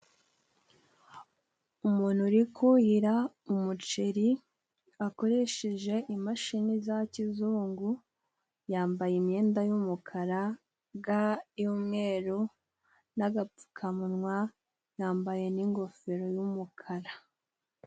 Umuntu uri kuhira umuceri akoresheje imashini za kizungu yambaye imyenda y'umukara, ga y'umweru n'agapfukamunwa ,yambaye n'ingofero y'umukara.